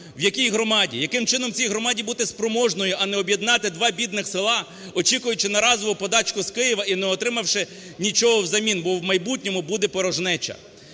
в якій громаді, яким чином громаді бути спроможною, а не об'єднати два бідних села, очікуючи на разову подачку з Києва і не отримавши нічого взамін, бо в майбутньому буде порожнеча.